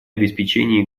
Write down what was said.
обеспечении